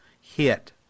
hit